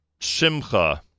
Shimcha